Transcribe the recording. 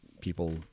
people